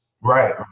right